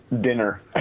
dinner